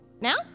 now